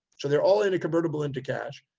so they're all into convertible into cash.